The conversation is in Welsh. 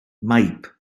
maip